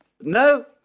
No